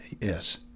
Yes